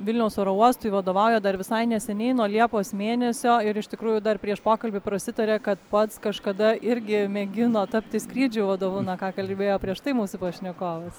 vilniaus oro uostui vadovauja dar visai neseniai nuo liepos mėnesio ir iš tikrųjų dar prieš pokalbį prasitarė kad pats kažkada irgi mėgino tapti skrydžių vadovu na ką kalbėjo prieš tai mūsų pašnekovas